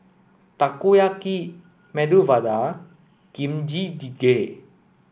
Takoyaki Medu Vada Kimchi jjigae